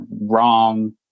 wrong